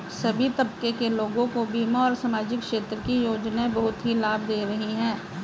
सभी तबके के लोगों को बीमा और सामाजिक क्षेत्र की योजनाएं बहुत ही लाभ दे रही हैं